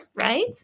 right